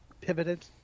pivoted